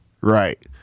Right